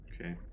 Okay